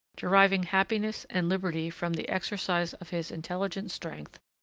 deriving happiness and liberty from the exercise of his intelligent strength,